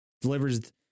delivers